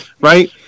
right